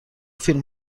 فیلم